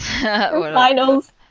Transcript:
finals